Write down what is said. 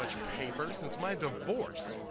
paper since my divorce.